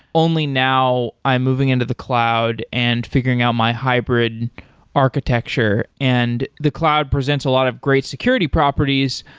only now i'm moving into the cloud and figuring out my hybrid architecture. and the cloud presents a lot of great security properties.